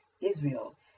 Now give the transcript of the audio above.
Israel